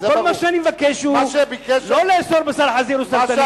כל מה שאני מבקש הוא לא לאסור בשר חזיר וסרטנים